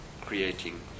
creating